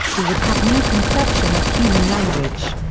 who would have no conception of human language.